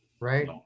Right